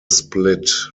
split